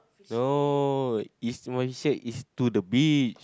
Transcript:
no it's when he said it's to the beach